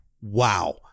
Wow